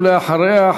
ואחריה,